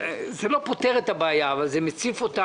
זה לא פותר את הבעיה אבל זה מציף אותה